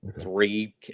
three